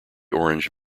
orange